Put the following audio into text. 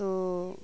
ᱛᱚ